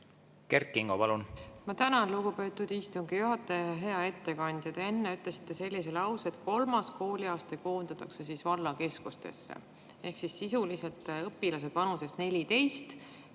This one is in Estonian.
Kert Kingo, palun! Ma tänan, lugupeetud istungi juhataja! Hea ettekandja! Te enne ütlesite sellise lause, et kolmas kooliaste koondatakse vallakeskustesse. Ehk sisuliselt õpilased vanuses 14